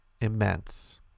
immense